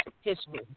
history